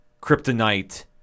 kryptonite